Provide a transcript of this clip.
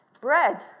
bread